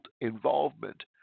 involvement